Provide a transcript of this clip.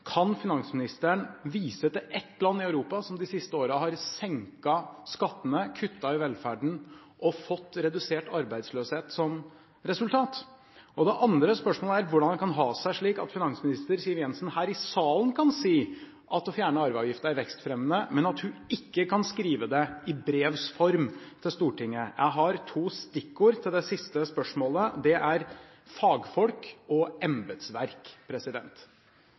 Kan finansministeren vise til ett land i Europa som de siste årene har senket skattene og kuttet i velferden, og fått redusert arbeidsløshet som resultat? Det andre spørsmålet er: Hvordan kan det ha seg at finansminister Siv Jensen her i salen kan si at det å fjerne arveavgiften er vekstfremmende, men at hun ikke kan skrive det i brevs form til Stortinget? Jeg har to stikkord til det siste spørsmålet – det er «fagfolk» og